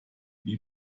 wie